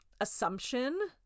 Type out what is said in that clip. assumption